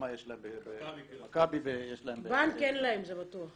בנק אין להם זה בטוח.